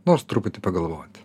nors truputį pagalvot